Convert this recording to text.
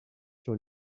sur